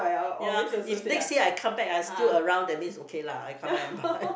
ya if next year I come back ah it's still around that means okay lah I come back and buy